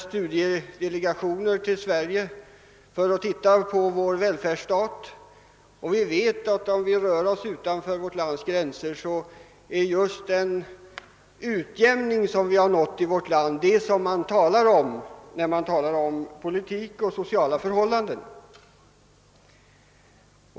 Studiedelegationer kommer till Sverige för att se på vår välfärdsstat, och vi vet att om vi rör oss utanför vårt lands gränser är just den utjämning som vi här har nått vad man tar upp när man talar om politik och sociala förhållanden.